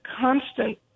constant